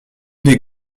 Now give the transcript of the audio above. des